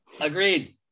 agreed